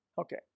Okay